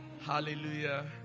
Hallelujah